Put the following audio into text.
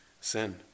sin